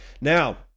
Now